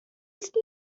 ist